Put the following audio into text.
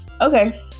okay